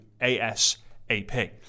ASAP